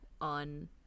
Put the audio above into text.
on